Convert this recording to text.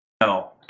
No